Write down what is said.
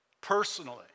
personally